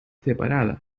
separada